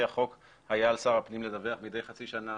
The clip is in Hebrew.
החוק היה על שר הפנים לדווח מדי חצי שנה